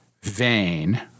vain